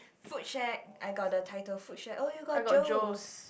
food shack I got the title food shack oh you got Joe's